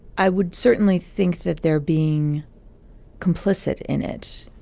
i would certainly think that they're being complicit in it.